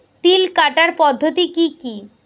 তিল কাটার পদ্ধতি কি কি?